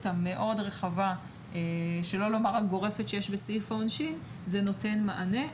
המאוד רחבה שלא לומר הגורפת שיש בסעיף העונשין נותן מענה.